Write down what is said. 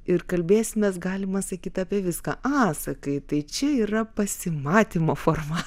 ir kalbėsimės galima sakyti apie viską aaa sakai tai čia yra pasimatymo forma